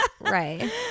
Right